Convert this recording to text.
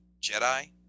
Jedi